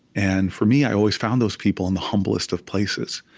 and for me, i always found those people in the humblest of places,